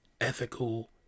ethical